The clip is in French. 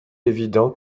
évident